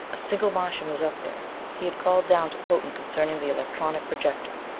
a single martian was up there he had called down to potan concerning the electronic projector.